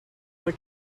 were